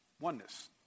Oneness